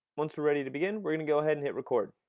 once we're ready to begin, we're going to go ahead and hit record.